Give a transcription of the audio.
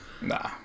Nah